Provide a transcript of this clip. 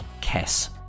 Kess